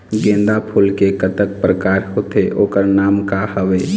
गेंदा फूल के कतेक प्रकार होथे ओकर नाम का हवे?